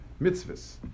mitzvahs